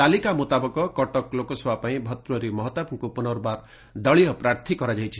ତାଲିକା ମୁତାବକ କଟକ ଲୋକସଭା ପାଇଁ ଭର୍ଭୂହରି ମହତାବଙ୍କୁ ପୁନର୍ବାର ଦଳୀୟ ପ୍ରାର୍ଥୀ କରାଯାଇଛି